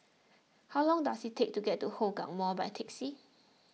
how long does it take to get to Hougang Mall by taxi